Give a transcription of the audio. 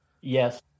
Yes